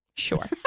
Sure